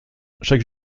chaque